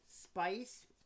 spice